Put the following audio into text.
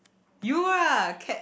you lah cat